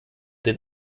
den